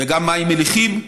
וגם מים מליחים,